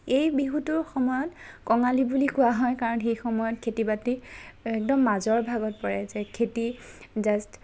এই বিহুটোৰ সময়ত কঙালী বুলি কোৱা হয় কাৰণ সেই সময়ত খেতি বাতি একদম মাজৰ ভাগত পৰে যে খেতি জাষ্ট